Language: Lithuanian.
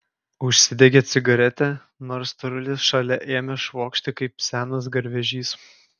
užsidegė cigaretę nors storulis šalia ėmė švokšti kaip senas garvežys